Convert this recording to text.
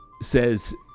says